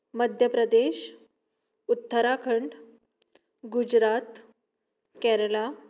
Madhya Pradesh Uttarakhand Gujarat Kerala